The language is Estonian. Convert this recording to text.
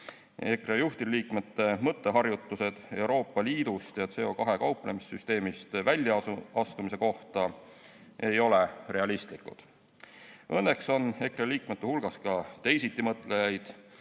EKRE juhtivliikmete mõtteharjutused Euroopa Liidust ja CO2kauplemissüsteemist väljaastumise kohta ei ole realistlikud. Õnneks on EKRE liikmete hulgas ka teisiti mõtlejaid.